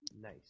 Nice